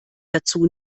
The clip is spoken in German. dazu